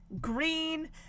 green